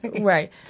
right